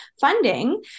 funding